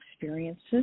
experiences